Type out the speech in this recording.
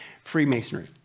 Freemasonry